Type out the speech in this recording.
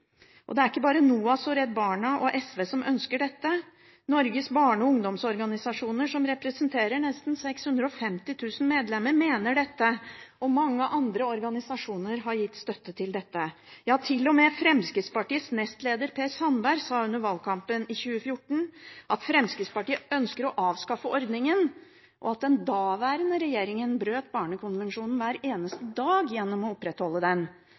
Det er ikke bare NOAS, Redd Barna og SV som ønsker dette. Norges barne- og ungdomsorganisasjoner, som representerer nesten 650 000 medlemmer, mener dette. Mange andre organisasjoner har gitt støtte til dette. Til og med Fremskrittspartiets nestleder, Per Sandberg, sa under valgkampen i 2013 at Fremskrittspartiet ønsket «å avskaffe ordningen», og at den daværende regjeringen brøt Barnekonvensjonen «hver eneste dag» gjennom å opprettholde den.